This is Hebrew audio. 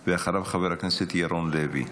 אחריו, חבר הכנסת ירון לוי.